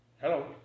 Hello